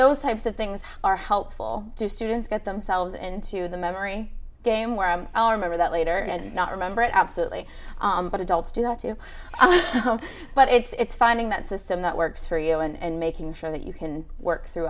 those types of things are helpful to students get themselves into the memory game where i remember that later and not remember it absolutely but adults do that too but it's finding that system that works for you and making sure that you can work through